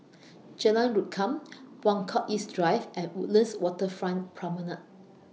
Jalan Rukam Buangkok East Drive and Woodlands Waterfront Promenade